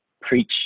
preach